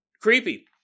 Creepy